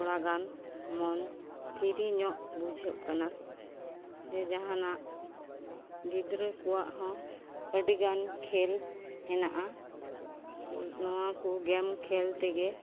ᱛᱷᱚᱲᱟᱜᱟᱱ ᱢᱚᱱ ᱯᱷᱤᱨᱤᱧᱚᱜ ᱵᱩᱡᱷᱟᱹᱜ ᱠᱟᱱᱟ ᱥᱮ ᱡᱟᱦᱟᱱᱟᱜ ᱜᱤᱫᱽᱨᱟᱹ ᱠᱚᱣᱟᱜ ᱦᱚᱸ ᱟᱹᱰᱤᱜᱟᱱ ᱠᱷᱮᱞ ᱦᱮᱱᱟᱜᱼᱟ ᱱᱚᱣᱟᱠᱚ ᱜᱮᱢ ᱠᱷᱮᱞ ᱛᱮᱜᱮ